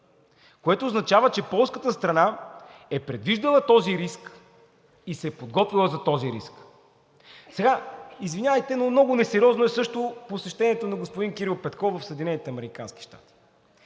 което означава, че полската страна е предвиждала този риск и се е подготвила за този риск. Извинявайте, но много несериозно е също посещението на господин Кирил Петков в